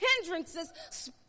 hindrances